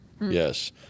Yes